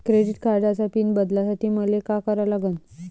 Credit कार्डाचा PIN बदलासाठी मले का करा लागन?